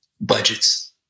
budgets